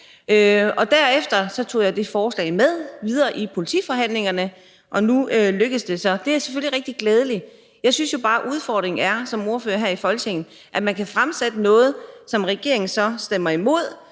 Og derefter tog jeg det forslag med videre i politiforhandlingerne, og nu lykkes det så. Det er selvfølgelig rigtig glædeligt, men jeg synes bare, at udfordringen som ordfører her i Folketinget er, at man kan fremsætte noget, som regeringen stemmer imod,